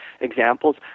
examples